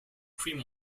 cream